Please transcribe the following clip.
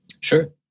Sure